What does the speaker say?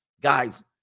guys